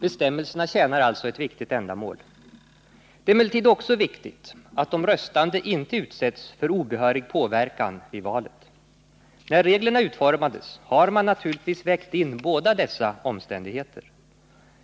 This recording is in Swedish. Bestämmelserna tjänar alltså ett viktigt ändamål. Det är emellertid också viktigt att de röstande inte utsätts för obehörig påverkan vid valet. När reglerna utformades har man naturligtvis vägt in båda dessa omständigheter.